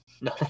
No